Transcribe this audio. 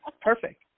perfect